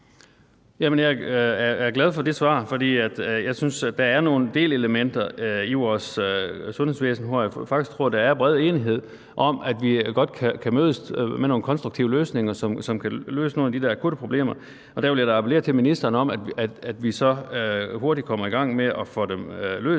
jeg er glad for det svar, for jeg synes, at der er nogle delelementer i vores sundhedsvæsen, og jeg tror faktisk, at der er bred enighed om, at vi godt kan mødes om nogle konstruktive løsninger, som kan løse nogle af de der akutte problemer. Der vil jeg da appellere til ministeren om, at vi hurtigt kommer i gang med at få dem løst